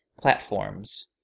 platforms